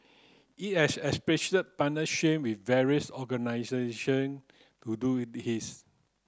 it has established partnership with various organisation to do